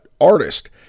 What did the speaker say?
artist